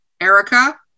Erica